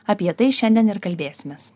apie tai šiandien ir kalbėsimės